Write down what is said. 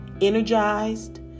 energized